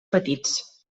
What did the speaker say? petits